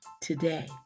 today